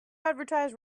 advertise